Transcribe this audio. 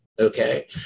Okay